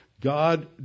God